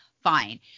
fine